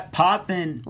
popping